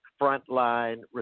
frontline